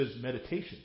meditation